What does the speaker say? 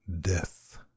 Death